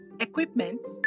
equipment